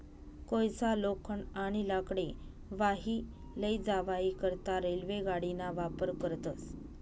कोयसा, लोखंड, आणि लाकडे वाही लै जावाई करता रेल्वे गाडीना वापर करतस